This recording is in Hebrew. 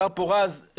השר פורז,